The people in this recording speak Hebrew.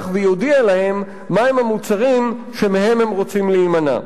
ויודיע להם מהם המוצרים שמהם הם רוצים להימנע.